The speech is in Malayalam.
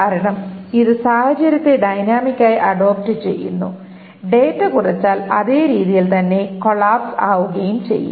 കാരണം ഇത് സാഹചര്യത്തെ ഡൈനാമിക്കായി അഡോപ്റ് ചെയ്യുന്നു ഡാറ്റ കുറച്ചാൽ അതേ രീതിയിൽ തന്നെ കൊളാപ്സ് ആവുകയും ചെയ്യും